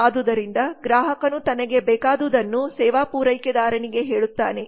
ಆದುದರಿಂದ ಗ್ರಾಹಕನು ತನಗೆ ಬೇಕಾದುದನ್ನು ಸೇವಾ ಪೂರೈಕೆದಾರನಿಗೆ ಹೇಳುತ್ತಾನೆ